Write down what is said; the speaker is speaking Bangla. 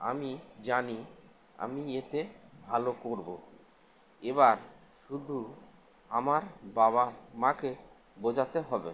আমি জানি আমি এতে ভালো করবো এবার শুধু আমার বাবা মাকে বোঝাতে হবে